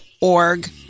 Org